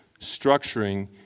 structuring